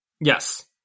Yes